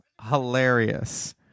hilarious